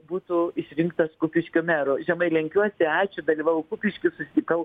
būtų išrinktas kupiškio merui žemai lenkiuosi ačiū dalyvavau kupišky susitikau